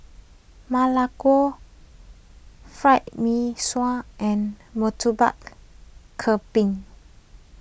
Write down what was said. Ma Lai Gao Fried Mee Sua and Murtabak Kambing